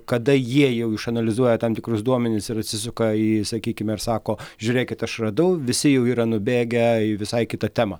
kada jie jau išanalizuoja tam tikrus duomenis ir atsisuka į sakykime ir sako žiūrėkit aš radau visi jau yra nubėgę į visai kitą temą